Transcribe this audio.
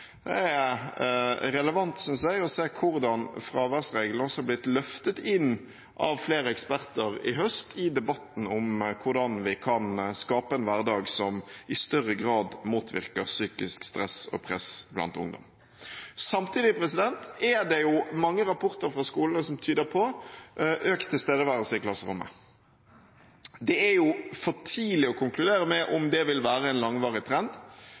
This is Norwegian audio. Det er relevant, synes jeg, å se på hvordan fraværsreglene også er blitt løftet inn av flere eksperter i høst i debatten om hvordan vi kan skape en hverdag som i større grad motvirker psykisk stress og press blant ungdom. Samtidig er det mange rapporter fra skolene som tyder på økt tilstedeværelse i klasserommet. Det er for tidlig å konkludere med om det vil være en langvarig trend,